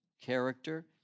character